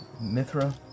Mithra